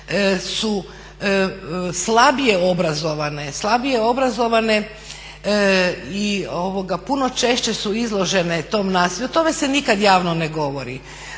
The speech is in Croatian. slabije obrazovane i puno češće su izložene tom nasilju. O tome se nikad javno ne govori,